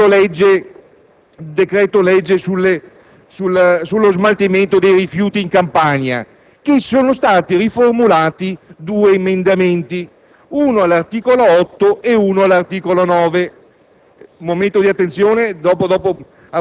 Ora, riguardo al decreto-legge sullo smaltimento dei rifiuti in Campania, sono stati riformulati due emendamenti, uno all'articolo 8 e uno all'articolo 9.